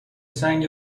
سنگ